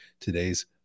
today's